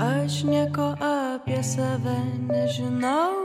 aš nieko apie save nežinau